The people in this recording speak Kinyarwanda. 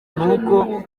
nk’uko